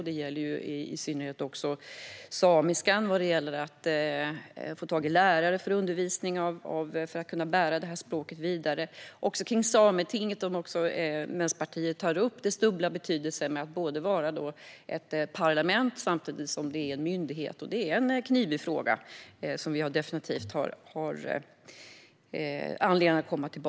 Det gäller i synnerhet samiskan vad gäller att få tag i lärare för undervisning, för att kunna bära språket vidare. Frågorna gäller också Sametinget. Vänsterpartiet tar upp dess dubbla betydelse - det är både ett parlament och en myndighet. Detta är en knivig fråga, som vi definitivt har anledning att återkomma till.